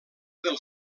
del